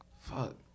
Fuck